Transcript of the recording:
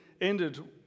ended